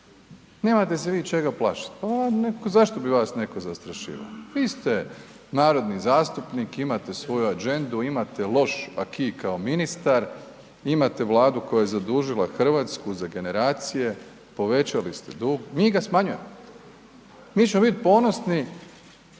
nemate se vi čega plašit, zašto bi vas netko zastrašivao, vi ste narodni zastupnik, imate svoju adžendu, imate loš aki kao ministar, imate Vladu koja je zadužila RH za generacije, povećali ste dug, mi ga smanjujemo, mi ćemo bit ponosni